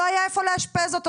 זה לא יכול להיות שהסיפורים שלנו,